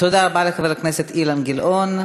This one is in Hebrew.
תודה רבה לחבר הכנסת אילן גילאון.